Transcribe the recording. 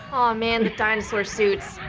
um aw ah man, the dinosaur suits.